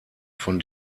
von